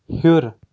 ہیوٚر